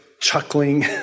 chuckling